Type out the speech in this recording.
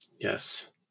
yes